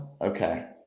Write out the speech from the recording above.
Okay